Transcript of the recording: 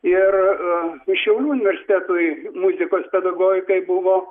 ir šiaulių universitetui muzikos pedagogikai buvo